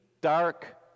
dark